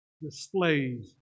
displays